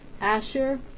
Asher